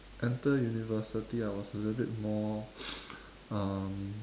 enter university I was a little bit more um